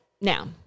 now